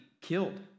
killed